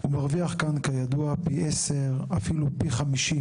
הוא מרוויח כאן, כידוע, פי 10, אפילו פי 50,